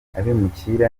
abimukira